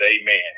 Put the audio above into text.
amen